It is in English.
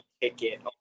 ticket